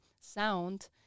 sound